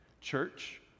Church